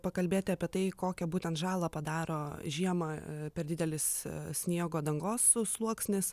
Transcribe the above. pakalbėti apie tai kokią būtent žalą padaro žiemą per didelis sniego dangos sluoksnis